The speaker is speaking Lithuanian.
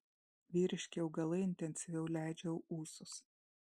vyriški augalai intensyviau leidžia ūsus